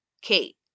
Kate